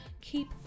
keep